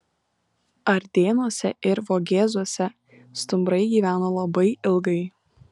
ardėnuose ir vogėzuose stumbrai gyveno labai ilgai